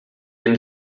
dem